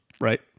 right